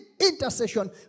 intercession